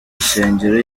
rusengero